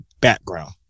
background